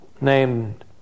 named